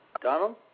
Donald